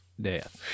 death